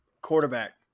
Quarterback